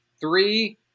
Three